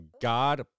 God